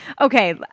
okay